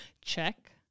Check